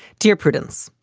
dear prudence,